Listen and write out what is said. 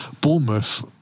Bournemouth